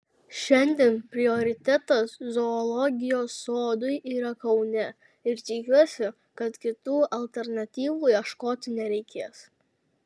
šiandien prioritetas zoologijos sodui yra kaune ir tikiuosi kad kitų alternatyvų ieškoti nereikės